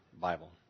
Bible